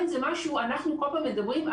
בסוף זה נגמר בשבע.